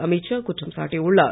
அமித் ஷா குற்றம் சாட்டியுள்ளார்